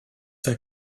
der